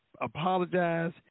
apologize